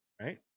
right